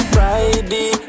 Friday